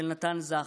של נתן זך: